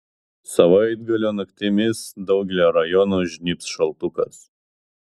savaitgalio naktimis daugelyje rajonų žnybs šaltukas